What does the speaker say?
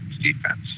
defense